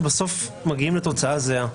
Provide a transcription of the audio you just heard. בסוף מגיעים לתוצאה זהה.